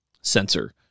sensor